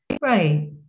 Right